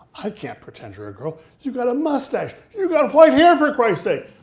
i can't pretend you're a girl. you've got a mustache, you've got white hair for christ's sake.